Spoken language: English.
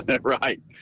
Right